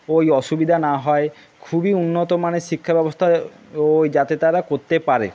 ওই অসুবিধা না হয় খুবই উন্নতমানের শিক্ষা ব্যবস্থায় ওই যাতে তারা করতে পারে